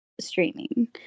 streaming